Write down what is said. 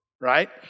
right